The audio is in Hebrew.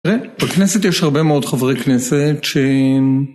תראה, בכנסת יש הרבה מאוד חברי כנסת שהם...